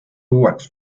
uueks